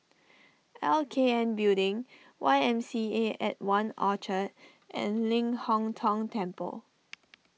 L K N Building Y M C A at one Orchard and Ling Hong Tong Temple